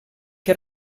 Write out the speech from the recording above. que